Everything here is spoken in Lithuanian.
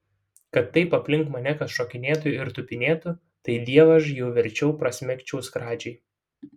kad taip aplink mane kas šokinėtų ir tupinėtų tai dievaž jau verčiau prasmegčiau skradžiai